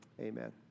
Amen